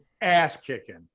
ass-kicking